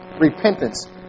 Repentance